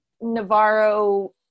Navarro